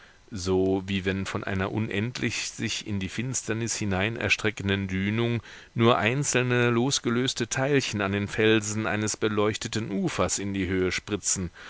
so wie wenn von einer unendlich sich in die finsternis hinein erstreckenden dünung nur einzelne losgelöste teilchen an den felsen eines beleuchteten ufers in die höhe spritzen